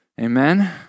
Amen